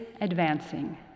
advancing